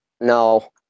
No